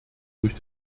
durch